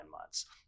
months